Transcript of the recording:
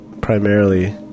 primarily